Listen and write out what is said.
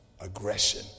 aggression